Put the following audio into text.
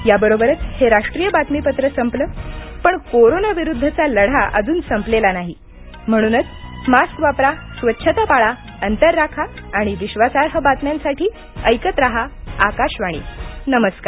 याबरोबरच हे राष्ट्रीय बातमीपत्र संपलं पण कोरोना विरुद्धचा लढा अजून संपलेला नाही म्हणूनच मास्क वापरा स्वच्छता पाळा अंतर राखा आणि विश्वासार्ह बातम्यांसाठी ऐकत रहा आकाशवाणी नमस्कार